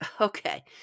Okay